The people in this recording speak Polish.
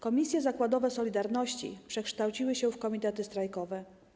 Komisje zakładowe „Solidarności” przekształciły się w komitety strajkowe.